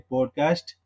Podcast